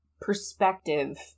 perspective